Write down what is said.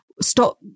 stop